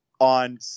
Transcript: on